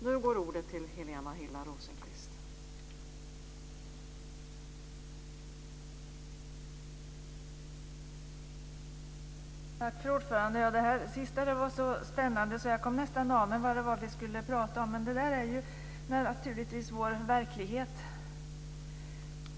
Fru talman! Det här sista var så spännande att jag nästan kom av mig och glömde vad vi skulle prata om. Men det där är naturligtvis vår verklighet.